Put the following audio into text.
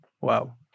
wow